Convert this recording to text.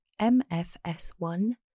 MFS1